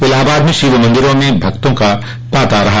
इलाहाबाद में शिव मंदिरों में भक्तों का ताता रहा